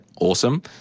Awesome